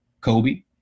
Kobe